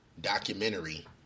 documentary